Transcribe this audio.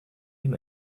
him